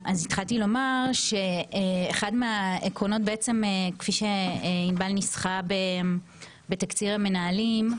כפי שעינבל ניסחה בתקציר המנהלים,